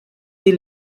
sie